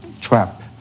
trap